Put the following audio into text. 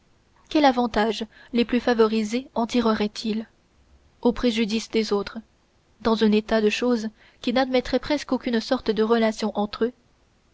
quel avantage les plus favorisés en tireraient ils au préjudice des autres dans un état de choses qui n'admettrait presque aucune sorte de relation entre eux